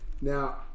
Now